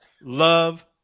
Love